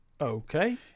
Okay